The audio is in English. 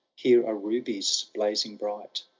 here are rubies blazing bright,